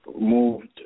moved